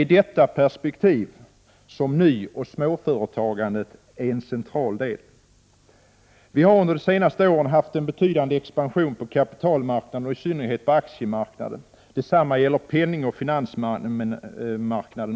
I detta perspektiv utgör nyoch småföretagandet en central del. Vi har under de senaste åren haft en betydande expansion på kapitalmarknaden och i synnerhet på aktiemarknaden. Detsamma gäller penningoch finansmarknaden.